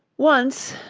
once,